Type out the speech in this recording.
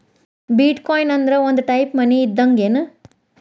ಬಿಟ್ coin ಅಂದ್ರ ಒಂದ type money ಇದ್ದಂಗ್ಗೆನ್